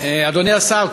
אדוני השר,